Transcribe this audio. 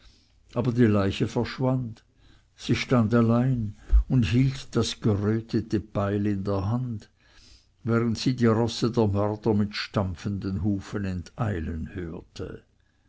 aber die leiche verschwand sie stand allein und hielt das gerötete beil in der hand während sie die rosse der mörder mit stampfenden hufen enteilen hörte